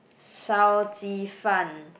烧鸡饭